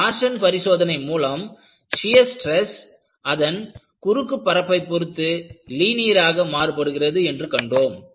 torsion பரிசோதனை மூலம் shear stress அதன் குறுக்கு பரப்பை பொழுது லீனியராக மாறுபடுகிறது என்று கண்டோம்